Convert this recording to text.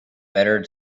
better